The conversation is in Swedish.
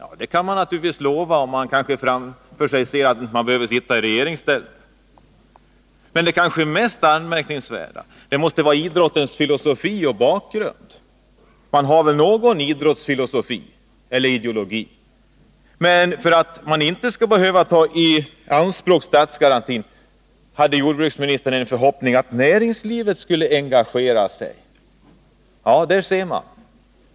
Det kan man naturligtvis lova, om man framför sig ser att man inte behöver sitta i regeringsställning. Det kanske mest anmärkningsvärda är dock bristen på idrottsfilosofi. Har inte regeringen någon idrottsfilosofi eller idrottsideologi? För att statsgarantin inte skall behöva tas i anspråk hade jordbruksministern den förhoppningen att näringslivet skall engagera sig. Där ser man!